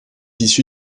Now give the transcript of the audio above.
issu